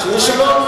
שיהיה שלום.